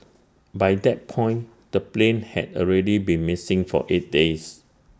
by that point the plane had already been missing for eight days